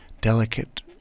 delicate